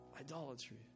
Idolatry